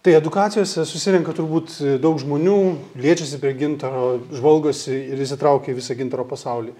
tai edukacijose susirenka turbūt daug žmonių liečiasi prie gintaro žvalgosi ir įsitraukia į visą gintaro pasaulį